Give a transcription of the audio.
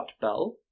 bell